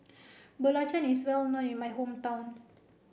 Belacan is well known in my hometown